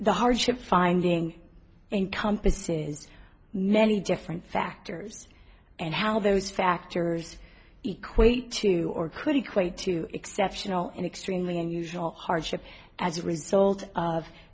the hardship finding encompasses many different factors and how those factors equate to or could equate to exceptional and extremely unusual hardship as a result of